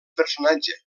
personatge